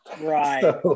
Right